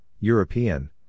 European